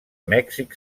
mèxic